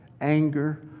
anger